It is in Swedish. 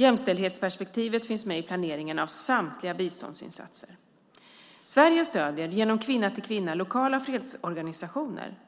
Jämställdhetsperspektivet finns med i planeringen av samtliga biståndsinsatser. Sverige stöder genom Kvinna till Kvinna lokala kvinnofredsorganisationer.